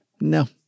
No